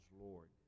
Lord